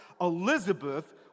Elizabeth